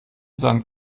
sand